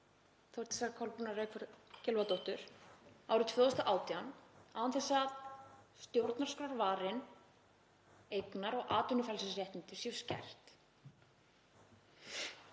Þórdísar Kolbrúnar Reykfjörð Gylfadóttur, árið 2018, án þess að stjórnarskrárvarin eignar- og atvinnufrelsisréttindi séu skert.